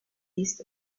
east